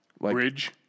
Bridge